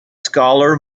scalar